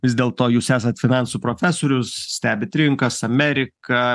vis dėlto jūs esat finansų profesorius stebit rinkas ameriką